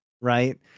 right